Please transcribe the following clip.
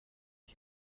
qui